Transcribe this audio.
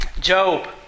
Job